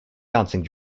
bouncing